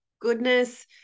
goodness